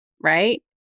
right